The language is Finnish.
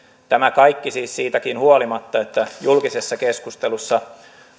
tämä kaikki siis siitäkin huolimatta että julkisessa keskustelussa